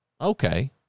okay